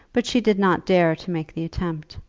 but she did not dare to make the attempt.